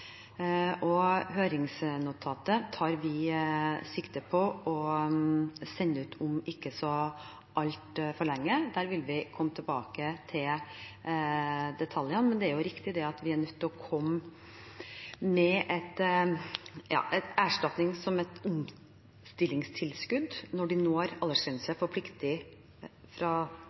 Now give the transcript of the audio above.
Høringsnotatet tar vi sikte på å sende ut om ikke så altfor lenge. Der vil vi komme tilbake til detaljene. Men det er riktig at vi er nødt til å komme med en erstatning, som et omstillingstilskudd, når de når aldersgrense for pliktig